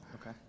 Okay